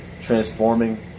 transforming